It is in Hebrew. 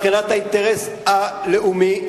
מבחינת האינטרס הלאומי,